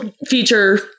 feature